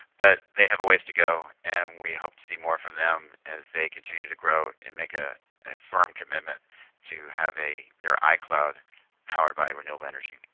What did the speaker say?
but they have a way to go and we hope to see more from them as they continue to grow and make ah a firm commitment to have their icloud powered by renewable energy.